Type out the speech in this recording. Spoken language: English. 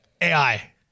AI